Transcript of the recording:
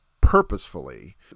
purposefully